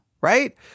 right